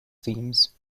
themes